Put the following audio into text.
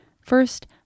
First